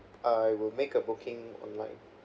I will make a booking online